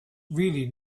really